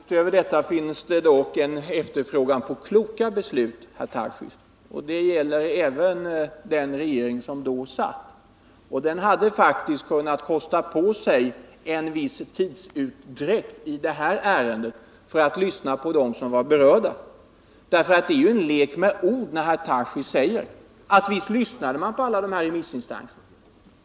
Herr talman! Utöver detta finns det dock en efterfrågan på kloka beslut, herr Tarschys. Det gäller även den regering som då satt. Den hade faktiskt kunnat kosta på sig en viss tidsutdräkt i det här ärendet för att lyssna på dem som var berörda. Det är en lek med ord när herr Tarschys säger att visst lyssnade man till alla remissinstanser.